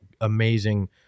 amazing